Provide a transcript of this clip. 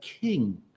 king